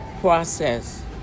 process